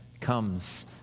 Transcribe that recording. comes